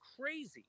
crazy